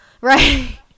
right